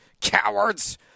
Cowards